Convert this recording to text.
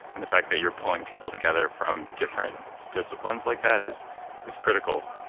and the fact that you're pulling people together from different disciplines like that is is critical.